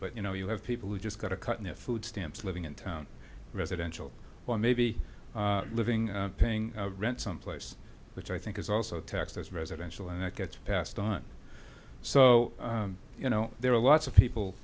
but you know you have people who just got a cut in their food stamps living in town residential or maybe living paying rent someplace which i think is also taxed as residential and it gets passed on so you know there are lots of people